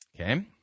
Okay